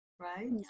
right